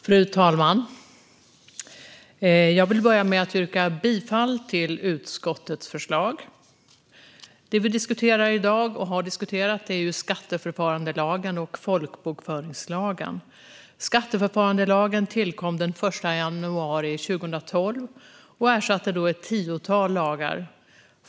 Fru talman! Jag vill börja med att yrka bifall till utskottets förslag i betänkandet. Det vi i diskuterar i dag och har diskuterat är skatteförfarandelagen och folkbokföringslagen. Skatteförfarandelagen tillkom den 1 januari 2012 och ersatte då ett tiotal lagar.